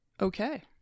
Okay